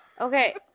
Okay